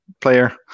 player